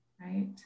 right